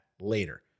later